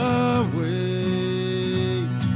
away